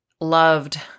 loved